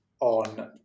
on